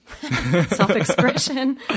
self-expression